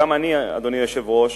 גם אני, אדוני היושב-ראש,